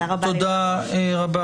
תודה רבה,